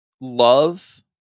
love